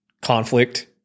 conflict